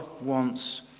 wants